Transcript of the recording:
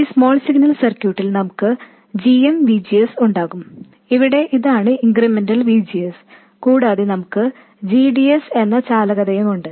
ഈ small signal സർക്യൂട്ടിൽ നമുക്ക് gm VGS ഉണ്ടാകും ഇവിടെ ഇതാണ് ഇൻക്രിമെന്റൽ VGS കൂടാതെ നമുക്ക് g d s എന്ന കണ്ടക്റ്റൻസുമുണ്ട്